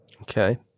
Okay